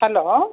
hello